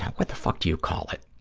what the fuck do you call it?